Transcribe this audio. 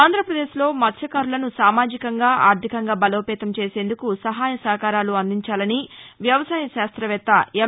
ఆంధ్రప్రదేశ్లో మత్స్యకారులను సామాజికంగా ఆర్థికంగా బలోపేతం చేసేందుకు సహాయ సహకారాలు అందించాలని వ్యవసాయ శాస్త్రవేత్త ఎం